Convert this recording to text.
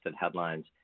headlines